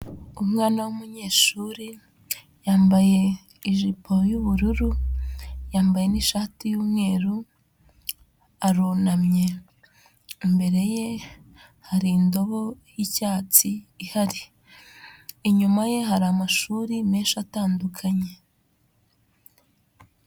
Umwana w'umunyeshuri, yambaye ijipo y'ubururu, yambaye n'ishati y'umweru arunamye, imbere ye hari indobo y'icyatsi ihari, inyuma ye hari amashuri menshi atandukanye.